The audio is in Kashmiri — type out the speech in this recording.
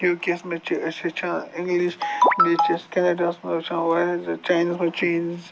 یوٗکے یَس منٛز چھِ أسۍ ہیٚچھان اِنگلِش بیٚیہِ چھِ أسۍ کٮ۪نَڈاہَس منٛز وٕچھان چایناہَس منٛز چینیٖز